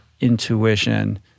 intuition